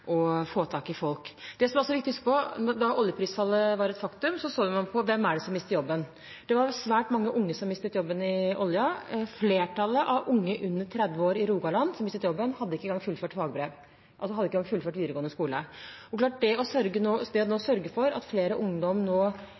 få tak i folk. Det som det også er viktig å huske på, er at da oljeprisfallet var et faktum, så man på: Hvem er det som mister jobben? Det var svært mange unge som mistet jobben i oljenæringen. Flertallet av unge under 30 år i Rogaland som mistet jobben, hadde ikke engang fullført videregående skole. Det å sørge for at flere ungdommer nå får fullført videregående skole,